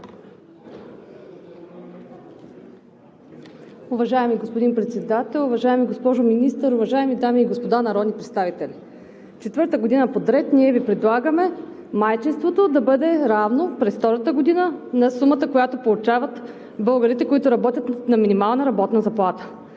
Уважаеми господин Председател, уважаема госпожо Министър, уважаеми дами и господа народни представители! Четвърта година подред ние Ви предлагаме майчинството да бъде равно през втората година на сумата, която получават българите, които работят на минимална работна заплата.